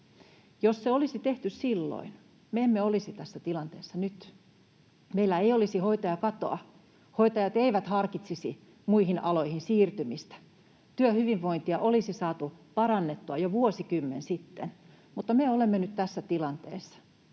Jos se olisi tehty silloin, me emme olisi tässä tilanteessa nyt: meillä ei olisi hoitajakatoa, hoitajat eivät harkitsisi muille aloille siirtymistä. Työhyvinvointia olisi saatu parannettua jo vuosikymmen sitten, mutta me olemme nyt tässä tilanteessa,